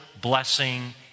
blessing